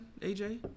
AJ